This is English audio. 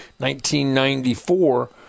1994